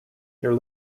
near